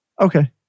Okay